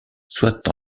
soit